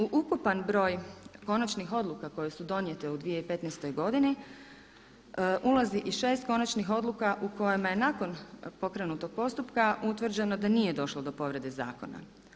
U ukupan broj konačnih odluka koje su donijete u 2015. godini ulazi i 6 konačnih odluka u kojima je nakon pokrenutog postupka utvrđeno da nije došlo do povrede zakona.